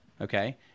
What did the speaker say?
Okay